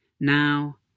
now